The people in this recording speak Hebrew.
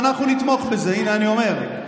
ואנחנו נתמוך בזה, הינה, אני אומר.